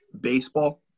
baseball